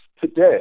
today